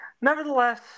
nevertheless